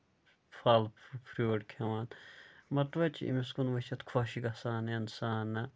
پھل فرٛوٗٹ کھیٚوان مطلب چھُ أمِس کُن وُچھِتھ خۄش گژھان اِنسانہٕ